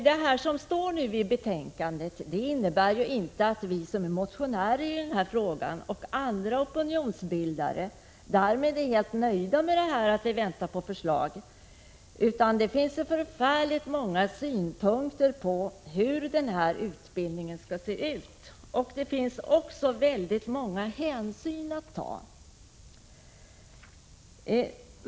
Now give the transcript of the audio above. Det står i betänkandet att regeringens förslag bör avvaktas, men det innebär inte att vi motionärer och andra opinionsbildare är helt nöjda. Tvärtom — det finns väldigt många synpunkter på hur denna utbildning skall se ut. Det finns också väldigt många hänsyn att ta.